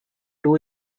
two